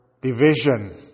division